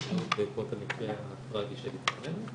הבריאות בעקבות המקרה הטרגי שלפנינו,